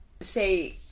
say